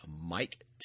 Mike